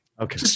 Okay